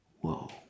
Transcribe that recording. Whoa